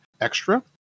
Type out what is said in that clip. extra